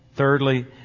Thirdly